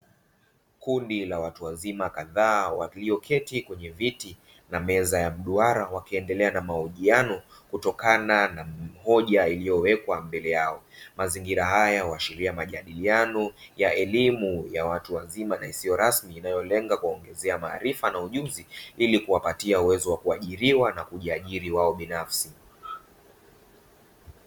Kundi la watu wazima kadhaa walioketi kwenye viti na meza ya mduara wakiendelea na mahojiano kutokana na hoja iliyowekwa mbele yao. Mazingira haya huashiria majadiliano ya elimu ya watu wazima na isiyo rasmi inayolenga kuwaongezea maarifa na ujuzi ili kuwapatia uwezo wa kuajiriwa na kujiajiri wao binafsi.